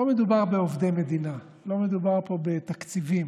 לא מדובר בעובדי מדינה, לא מדובר פה בתקציבים,